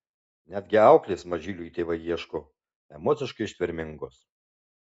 netgi auklės mažyliui tėvai ieško emociškai ištvermingos